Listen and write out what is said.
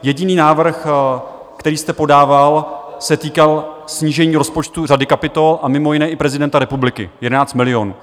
Jediný návrh, který jste podával, se týkal snížení rozpočtu řady kapitol a mimo jiné i prezidenta republiky 11 milionů.